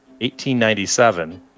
1897